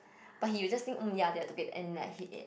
but he will just think mm ya they're together and like